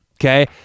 Okay